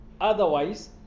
Otherwise